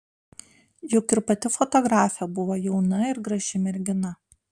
juk ir pati fotografė buvo jauna ir graži mergina